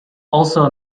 also